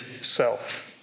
self